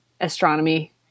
astronomy